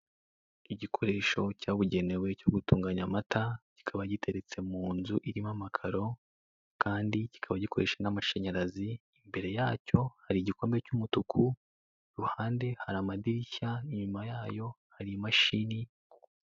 Igikoresho cyabugenewe cyo gutunganya amata kikaba giteretse mu nzu irimo amakaro kandi kikaba gikoresha n'amashanyarazi imbere yacyo hari igikombe cy'umutuku, iruhande hari amadirishya, inyuma yayo hari imashini.